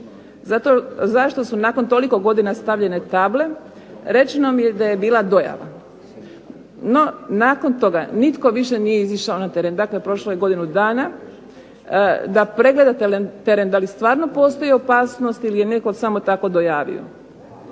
zašto su nakon toliko godina stavljene table, rečeno mi je da je bila dojava, no nakon toga nitko više nije izišao na teren, dakle prošlo je godinu dana da pregleda teren, da li stvarno postoji opasnost ili je netko samo tako dojavio.